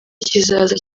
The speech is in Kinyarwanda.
kizaza